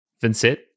Vincent